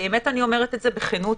באמת אני אומרת את זה בכנות,